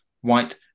White